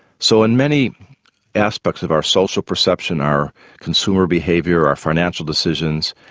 so in many aspects of our social perception our consumer behaviour or financial decisions,